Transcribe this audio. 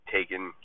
Taken